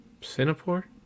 Singapore